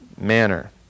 manner